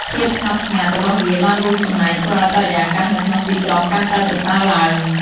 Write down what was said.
ភាពស្ងប់ស្ងាត់របស់វាបានរួមចំណែកធ្វើឱ្យបរិយាកាសនៅក្នុងទីក្រុងកាន់តែប្រសើរឡើង។